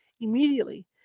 Immediately